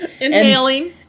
Inhaling